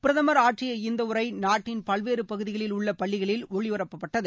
பிரதமர் ஆற்றிய இந்த உரை நாட்டின் பல்வேறு பகுதிகளில் உள்ள பள்ளிகளில் ஒளிபரப்பப்பட்டது